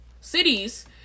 cities